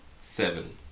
Seven